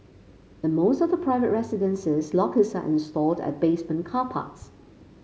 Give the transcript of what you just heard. in most of the private residences lockers are installed at basement car parks